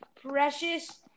Precious